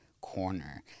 corner